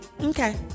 Okay